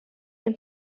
den